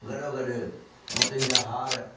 गॾो गॾु मोतीनि जा हार